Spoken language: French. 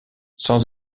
sans